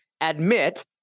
admit